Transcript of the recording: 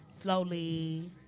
slowly